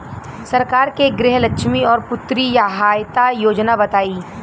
सरकार के गृहलक्ष्मी और पुत्री यहायता योजना बताईं?